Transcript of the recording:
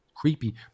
creepy